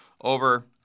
over